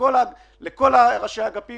לכל ראשי האגפים